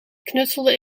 knutselde